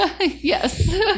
Yes